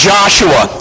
Joshua